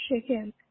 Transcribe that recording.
Chicken